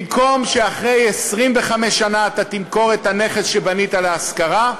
במקום שאחרי 25 שנה אתה תמכור את הנכס שבנית להשכרה,